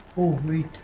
of the